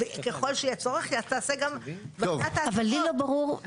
וככל שיהיה צורך תעשה גם --- אבל לי לא ברור,